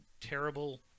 terrible